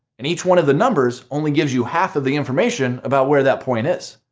and each one of the numbers only gives you half of the information about where that point is.